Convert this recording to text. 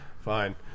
fine